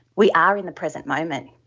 we are in the present moment.